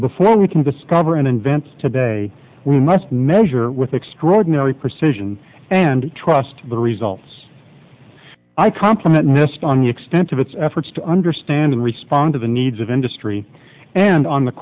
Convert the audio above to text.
before we can discover and invent today we must measure with extraordinary precision and trust the results i compliment nest on your extensive its efforts to understand and respond to the needs of industry and on the